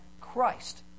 Christ